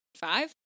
five